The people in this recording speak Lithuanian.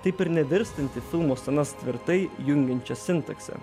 taip ir nevirstanti filmo scenas tvirtai jungiančia sintakse